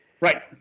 right